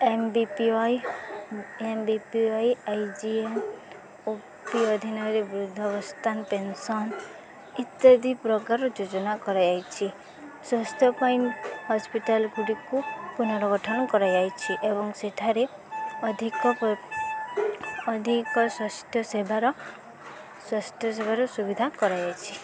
M B P Y M B P Y I G M O P ଅଧୀନୟରେ ବୃଦ୍ଧବସ୍ଥାନ pension ଇତ୍ୟାଦି ପ୍ରକାର ଯୋଜନା କରାଯାଇଛି ସ୍ୱାସ୍ଥ୍ୟ ପାଇଁ ହସ୍ପିଟାଲ୍ ଗୁଡ଼ିକୁ ପୁନର୍ଗଠନ କରାଯାଇଛି ଏବଂ ସେଠାରେ ଅଧିକ ଅଧିକ ସ୍ୱାସ୍ଥ୍ୟ ସେବାର ସ୍ୱାସ୍ଥ୍ୟ ସେବାର ସୁବିଧା କରାଯାଇଛି